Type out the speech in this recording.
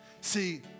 See